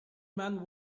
man